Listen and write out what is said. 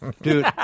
Dude